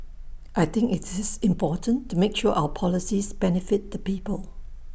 I think it's important to make sure our policies benefit the people